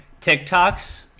TikToks